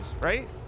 right